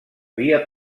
via